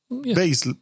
Base